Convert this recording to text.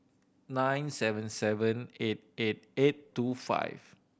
nine seven seven eight eight eight two five